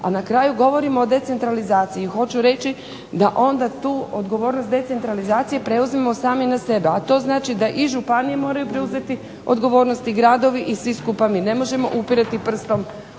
A na kraju govorimo o decentralizaciji, hoću reći da onda tu odgovornost decentralizacije preuzmemo sami na sebe, a to znači da i županije moraju preuzeti odgovornost i gradovi i svi skupa mi. Ne možemo upirati prstom